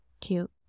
Cute